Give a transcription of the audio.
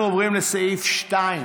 אנחנו עוברים לסעיף 2,